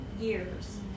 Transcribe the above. years